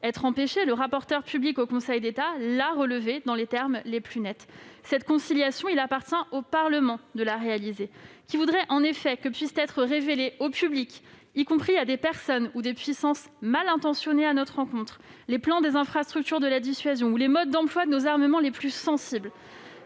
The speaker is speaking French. être empêchée. Le rapporteur public du Conseil d'État l'a relevé dans les termes les plus nets. Il appartient au Parlement de réaliser cette conciliation. Qui voudrait que puissent être révélés au public, y compris à des personnes ou des puissances mal intentionnées à notre égard, les plans des infrastructures de la dissuasion ou les modes d'emploi de nos armements les plus sensibles